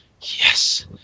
Yes